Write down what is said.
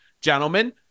gentlemen